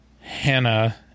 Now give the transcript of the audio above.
Hannah